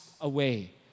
away